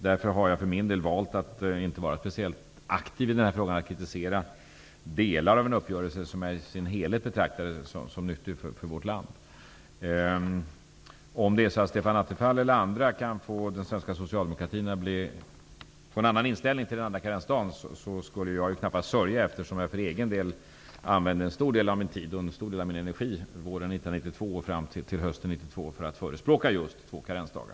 Därför har jag för min del valt att inte vara speciellt aktiv i fråga om att kritisera delar av en uppgörelse, vilken som helhet betraktad är nyttig för vårt land. Om Stefan Attefall eller andra kan få den svenska socialdemokratin att ändra inställning vad gäller den andra karensdagen skulle jag knappast sörja, eftersom jag våren 1992 och fram till hösten 1992 använde en stor del av min tid och min energi till att förespråka just två karensdagar.